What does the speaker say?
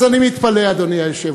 אז אני מתפלא, אדוני היושב-ראש.